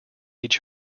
each